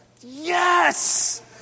Yes